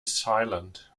silent